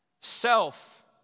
Self